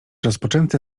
rozpoczęte